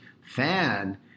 fan